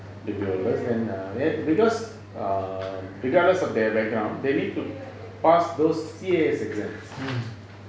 degree holders then err because um regardless of their background they need to pass those C_A_S exams